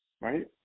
right